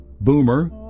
Boomer